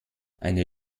eine